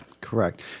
Correct